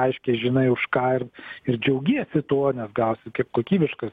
aiškiai žinai už ką ir ir džiaugiesi tuo nes gausi tik kokybiškas